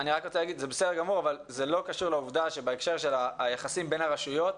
בסדר גדול אבל זה לא קשור לעובדה שבהקשר של היחסים בין הרשויות,